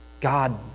God